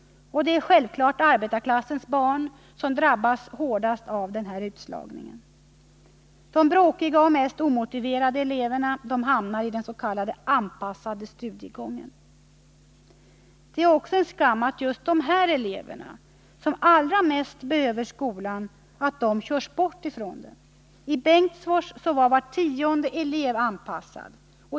Det är självfallet arbetarklassens barn som drabbas hårdast av denna utslagning. De bråkiga och mest omotiverade eleverna hamnar i den s.k. anpassade studiegången. Det är också en skam att just dessa elever, som allra mest behöver skolan, körs bort från den. I Bengtsfors är var tionde elev ”anpassad”.